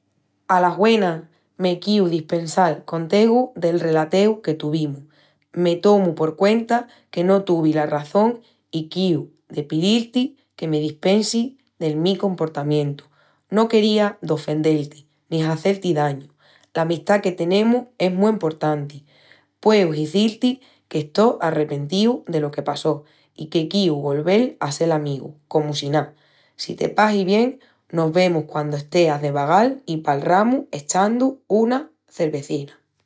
Alas güenas! Me quiu dispensal con tegu del relateu que tuvimus. Me tomu por cuenta que no tuvi la razón i quiu de piíl-ti que me dispensis del mi comportamientu. No quería d'ofendel-ti ni hazel-ti dañu. L'amistá que tenemus es mu emportanti. Pueu izil-ti qu'estó arrepentíu delo que passó i que quiu golvel a sel amigus comu si ná. Si te pahi bien mos vemus quandu esteas de vagal i palramus echandu una cervezina.